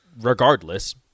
regardless